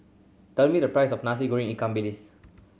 tell me the price of Nasi Goreng ikan bilis